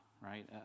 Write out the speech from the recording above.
right